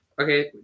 Okay